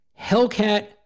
Hellcat